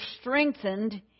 strengthened